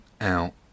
out